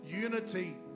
unity